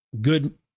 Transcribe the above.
good